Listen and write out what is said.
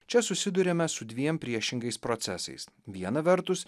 čia susiduriame su dviem priešingais procesais viena vertus